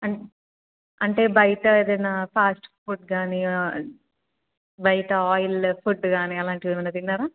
అంటే బయట ఏదైనా ఫాస్ట్ఫుడ్ కానీ బయట ఆయిల్ ఫుడ్ కానీ అలాంటివి ఏమైనా తిన్నారా